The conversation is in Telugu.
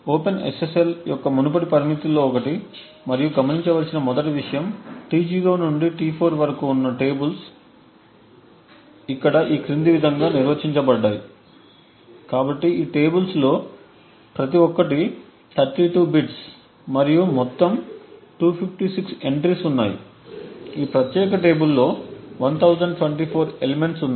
ఓపెన్ SSL యొక్క మునుపటి పరిమితుల్లో ఒకటి మరియు గమనించవలసిన మొదటి విషయం T0 నుండి T4 వరకు ఉన్న టేబుల్స్ ఇక్కడ ఈ క్రింది విధంగా నిర్వచించబడ్డాయి కాబట్టి ఈ టేబుల్స్ లో ప్రతి ఒక్కటి 32 బిట్స్ మరియు మొత్తం 256 ఎంట్రీస్ ఉన్నాయి ఈ ప్రత్యేక టేబుల్ లో 1024 ఎలిమెంట్స్ ఉన్నాయి